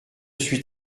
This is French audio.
suis